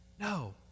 No